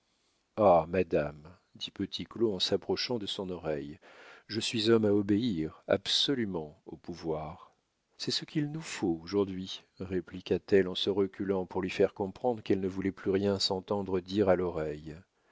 ah madame dit petit claud en s'approchant de son oreille je suis homme à obéir absolument au pouvoir c'est ce qu'il nous faut aujourd'hui répliqua-t-elle en se reculant pour lui faire comprendre qu'elle ne voulait plus rien s'entendre dire à l'oreille